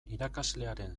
irakaslearen